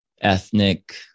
ethnic